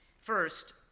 First